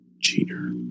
Cheater